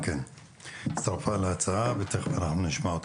שהצטרפה להצעה ותיכף נשמע אותה.